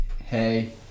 hey